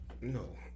No